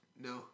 No